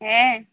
ᱦᱮᱸ